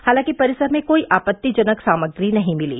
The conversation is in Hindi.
हालांकि परिसर में कोई आपत्तिजनक सामग्री नहीं मिली